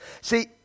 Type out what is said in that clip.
See